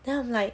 then I'm like